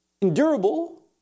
endurable